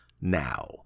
Now